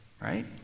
right